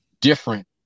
different